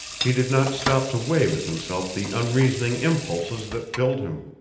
he did not stop to weigh with himself the unreasoning impulses that filled him.